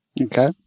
Okay